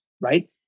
right